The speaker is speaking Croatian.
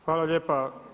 Hvala lijepa.